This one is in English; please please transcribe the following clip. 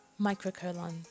microcolon